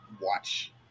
watch